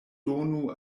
donu